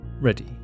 ready